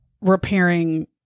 repairing